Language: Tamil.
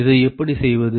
இதை எப்படி செய்வது